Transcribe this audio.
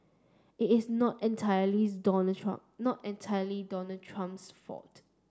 it is not entirely is Donald Trump not entirely Donald Trump's fault